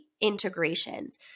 integrations